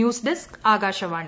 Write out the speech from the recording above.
news desk Akashvani